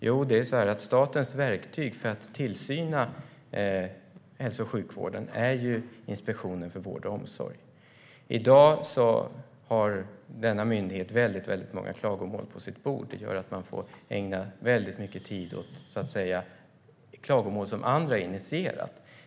Jo, det är så här: Statens verktyg för att bedriva tillsyn av hälso och sjukvården är Inspektionen för vård och omsorg. I dag har denna myndighet väldigt många klagomål på sitt bord, vilket gör att man får ägna väldigt mycket tid åt klagomål som andra har initierat.